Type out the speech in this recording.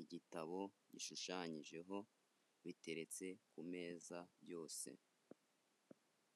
igitabo gishushanyijeho, biteretse ku meza byose.